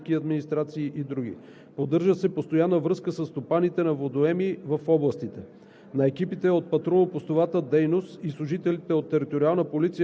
Осъществява се взаимодействие с други органи – областна администрация, общински администрации и други. Поддържа се постоянна връзка със стопаните на водоеми в областите.